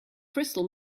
crystal